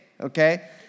Okay